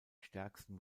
stärksten